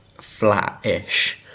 flat-ish